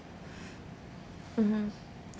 mmhmm